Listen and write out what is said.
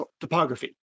topography